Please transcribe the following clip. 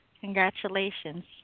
Congratulations